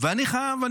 ואני חייב,